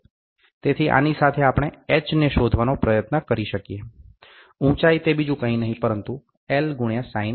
તેથી આની સાથે આપણે h ને શોધવાનો પ્રયત્ન કરી શકીએ ઊંચાઈ તે બીજું કંઈ નહીં પરંતુ L ગુણ્યા sinθ છે